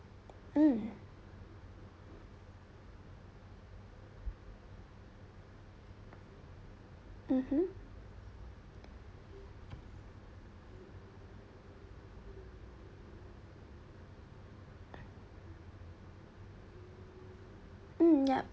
mm mmhmm mm yup